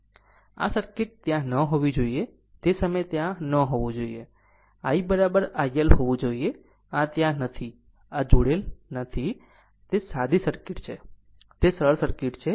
આ સર્કિટ આ ત્યાં ન હોવી જોઈએ તે સમયે ત્યાં ન હોવું જોઈએ I IL હોવું જોઈએ આ ત્યાં નથી આ જોડેલ નથી તે સાદી સર્કિટ છે તે સરળ સર્કિટ છે